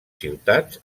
ciutats